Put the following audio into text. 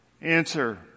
Answer